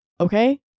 okay